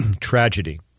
tragedy